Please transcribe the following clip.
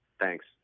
thanks